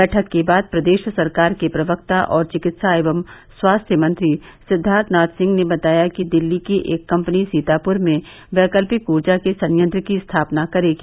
बैठक के बाद प्रदेश सरकार के प्रवक्ता और चिकित्सा एवं स्वास्थ्य मंत्री सिद्वार्थनाथ सिंह ने बताया कि दिल्ली की एक कम्पनी सीतापुर में वैकल्पिक ऊर्जा के संयंत्र की स्थापना करेगी